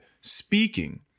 speaking